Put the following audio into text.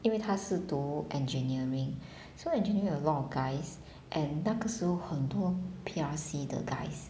因为她是读 engineering so engineering a lot of guys and 那个时候很多 P_R_C 的 guys